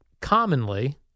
commonly